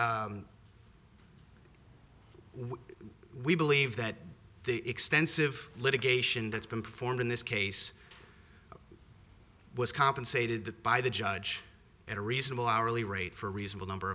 we believe that the extensive litigation that's been performed in this case was compensated by the judge at a reasonable hourly rate for a reasonable number